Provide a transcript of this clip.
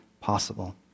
possible